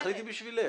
תחליטי בשבילך.